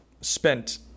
spent